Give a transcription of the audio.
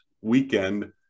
weekend